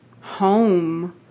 home